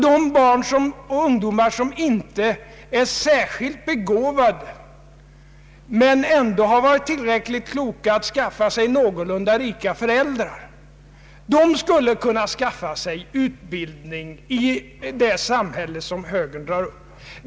De barn och ungdomar som inte är särskilt begåvade men ändå har varit tillräckligt kloka att skaffa sig någorlunda rika föräldrar skulle alltså kunna skaffa sig utbildning i det samhälle som högern skisserar upp.